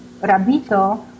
Rabito